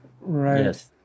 Right